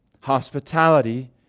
Hospitality